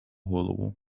голову